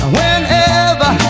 whenever